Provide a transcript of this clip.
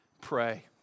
pray